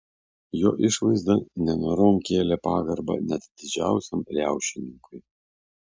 jo išvaizda nenorom kėlė pagarbą net didžiausiam riaušininkui